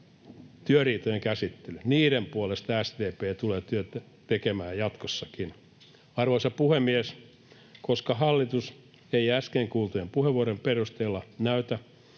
työriitojen käsittely. Niiden puolesta SDP tulee työtä tekemään jatkossakin. Arvoisa puhemies! Koska hallitus ei äsken kuultujen puheenvuorojen perusteella näytä